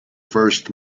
first